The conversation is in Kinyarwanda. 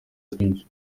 twinshi